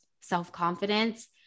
self-confidence